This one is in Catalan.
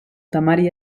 temari